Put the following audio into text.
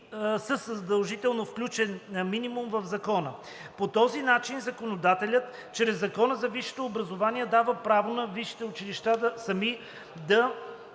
със задължително включен минимум в закона. По този начин законодателят чрез Закона за висшето образование дава право на висшите училища сами да